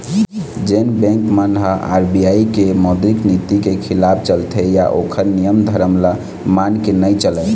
जेन बेंक मन ह आर.बी.आई के मौद्रिक नीति के खिलाफ चलथे या ओखर नियम धरम ल मान के नइ चलय